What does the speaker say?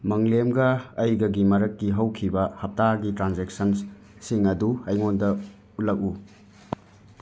ꯃꯪꯂꯦꯝꯒ ꯑꯩꯒꯒꯤ ꯃꯔꯛꯀꯤ ꯍꯧꯈꯤꯕ ꯍꯞꯇꯥꯒꯤ ꯇ꯭ꯔꯥꯟꯖꯦꯛꯁꯟꯁꯤꯡ ꯑꯗꯨ ꯑꯩꯉꯣꯟꯗ ꯎꯠꯂꯛꯎ